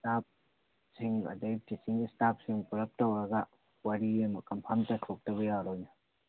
ꯏꯁꯇꯥꯞꯁꯤꯡ ꯑꯗꯒꯤ ꯇꯤꯆꯤꯡ ꯏꯁꯇꯥꯞꯁꯤꯡ ꯄꯨꯂꯞ ꯇꯧꯔꯒ ꯋꯥꯔꯤ ꯑꯃ ꯀꯝꯐꯥꯝ ꯇꯥꯊꯣꯛꯇꯕ ꯌꯥꯔꯣꯏꯅꯦ